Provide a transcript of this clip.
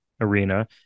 Arena